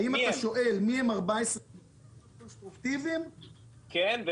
האם אתה שואל מי הם 14 בעלי הרישיונות הקונסטרוקטיביים?